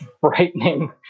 frightening